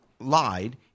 lied